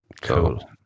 Cool